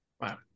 Wow